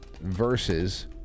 versus